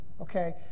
okay